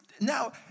Now